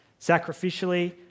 sacrificially